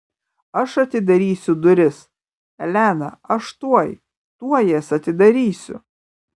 aš atidarysiu duris elena aš tuoj tuoj jas atidarysiu